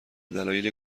دلایل